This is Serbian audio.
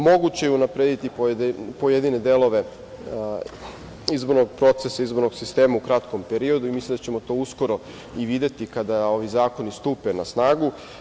Moguće je unaprediti pojedine delove izbornog procesa, izbornog sistema u kratkom periodu i mislim da ćemo to uskoro i videti, kada ovi zakoni stupe na snagu.